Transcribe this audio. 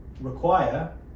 require